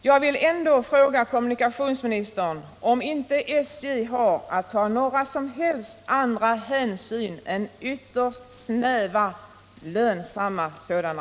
Jag vill ändå fråga kommunikationsministern om inte = Göteborg-Alvesta, SJ har att ta några som helst andra hänsyn än ytterst snäva lönsamma = m.m.